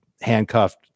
handcuffed